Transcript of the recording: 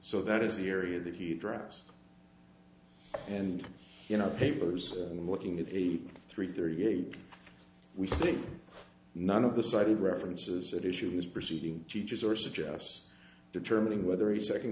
so that is the area that he drops and you know papers and looking at eight three thirty eight we see none of the cited references that issue is proceeding teachers or suggests determining whether a second